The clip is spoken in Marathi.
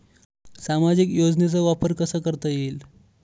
सामाजिक योजनेचा वापर कसा करता येईल?